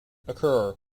occur